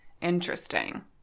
interesting